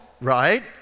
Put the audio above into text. right